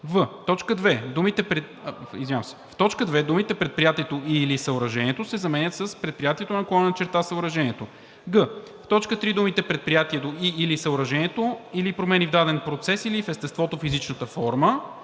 в т. 2 думите „предприятието и/или съоръжението“ се заменят с „предприятието/съоръжението“; г) в т. 3 думите „предприятието и/или съоръжението или промени в даден процес или в естеството, физичната форма“